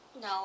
No